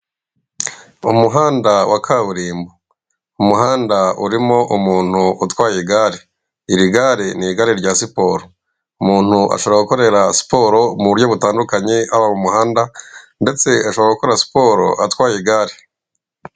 Umuhanda wa kaburimbo. Umuhanda urimo umuntu utwaye igare, iri gare ni igare rya siporo umuntu ashobora gukorera siporo mu buryo butandukanye haba mu muhanda, ndetse ashobora gukora siporo atwaye igare.